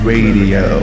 Radio